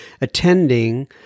attending